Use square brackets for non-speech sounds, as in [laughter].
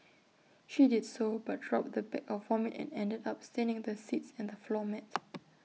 she did so but dropped the bag of vomit and ended up staining the seats and the floor mat [noise]